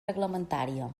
reglamentària